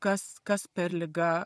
kas kas per liga